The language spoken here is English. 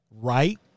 right